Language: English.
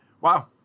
Wow